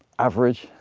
average,